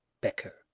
becker